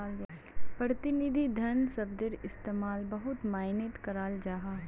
प्रतिनिधि धन शब्दर इस्तेमाल बहुत माय्नेट कराल जाहा